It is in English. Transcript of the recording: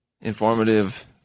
informative